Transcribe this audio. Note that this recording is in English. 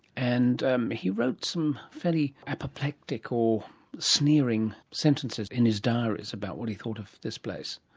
and he wrote some fairly apoplectic or sneering sentences in his diaries about what he thought of this place.